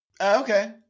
Okay